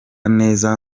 neza